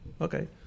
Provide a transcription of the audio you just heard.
Okay